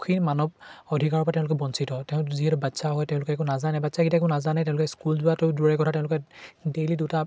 সুখী মানৱ অধিকাৰৰ পৰা তেওঁলোক বঞ্চিত তেওঁ যিহেতু বাচ্ছা হয় তেওঁলোকে একো নাজানে বাচ্ছা কেইটাই একো নাজানে তেওঁলোকে স্কুল যোৱাটো দূৰৰে কথা তেওঁলোকে ডেইলি দুটা